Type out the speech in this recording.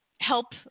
help